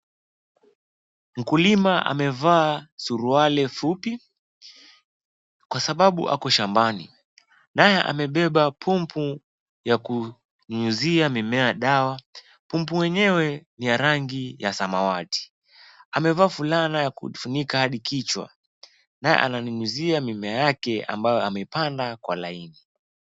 Mkulima amevaa suruali fupi kwa sababu ako shambani, naye amebeba pumpu ya kunyunyizia mimea dawa. Pumpu yenyewe ni ya rangi ya samawati, amevaa fulana ya kufunika hadi kichwa naye ananyunyizia mimea yake ambayo amepanda kwa laini.